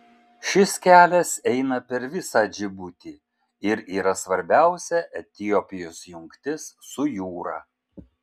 šis kelias eina per visą džibutį ir yra svarbiausia etiopijos jungtis su jūra